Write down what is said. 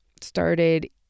started